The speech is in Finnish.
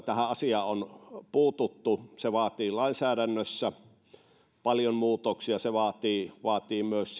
tähän asiaan on puututtu se vaatii lainsäädännössä paljon muutoksia se vaatii vaatii myös